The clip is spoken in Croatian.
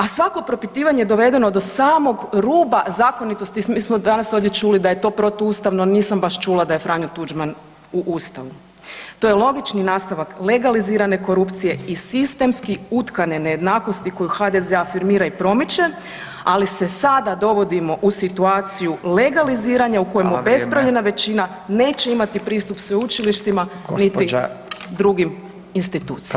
A svako propitivanje dovedeno do samog ruba zakonitosti, mi smo danas ovdje čuli da je to protuustavno, nisam baš čula da je Franjo Tuđman u Ustavu, to je logični nastavak legalizirane korupcije i sistemski utkane nejednakosti koju HDZ afirmira i promiče ali se sada dovodimo u situaciju legaliziranja u kojima obespravljena većina [[Upadica Radin: Hvala lijepa, vrijeme.]] neće imat pristup sveučilištima niti drugim institucijama.